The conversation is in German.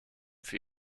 für